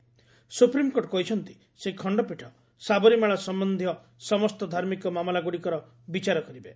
supreme court କହିଛନ୍ତି ସେହି ଖଣ୍ଡପୀଠ ସାବରୀମାଳା ସମ୍ଭନ୍ଧୀୟ ସମସ୍ତ ଧାର୍ମିକ ମାମଲାଗ୍ରଡିକର ବିଚାର କରିବେ